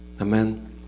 Amen